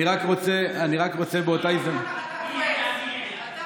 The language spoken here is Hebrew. אני רק רוצה באותה הזדמנות, מודה בעצמך.